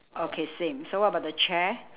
okay same so what about the chair